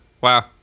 Wow